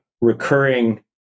recurring